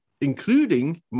including